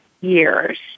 years